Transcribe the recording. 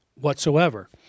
whatsoever